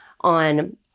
on